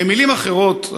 במילים אחרות,